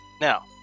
Now